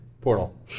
Portal